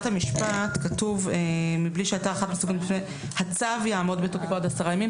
הסעיף כתוב "הצו יעמוד בתוקפו עד עשרה ימים".